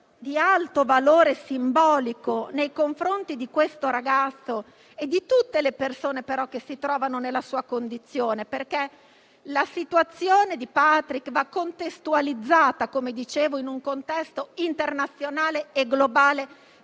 di alto valore simbolico nei confronti di questo ragazzo e di tutte le persone che si trovano nella sua condizione. La situazione di Patrick va inquadrata in un contesto internazionale e globale